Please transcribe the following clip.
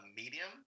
medium